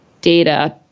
data